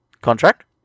contract